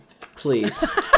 Please